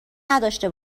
نداشته